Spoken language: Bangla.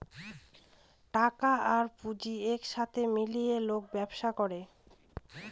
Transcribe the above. টাকা আর পুঁজি এক সাথে মিলিয়ে লোক ব্যবসা করে